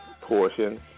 portion